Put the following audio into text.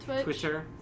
Twitter